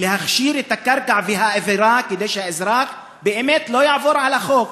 ולהכשיר את הקרקע והאווירה כדי שהאזרח באמת לא יעבור על החוק.